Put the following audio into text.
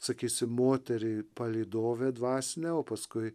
sakysim moterį palydovę dvasinę o paskui